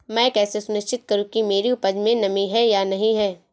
मैं कैसे सुनिश्चित करूँ कि मेरी उपज में नमी है या नहीं है?